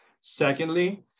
Secondly